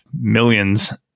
millions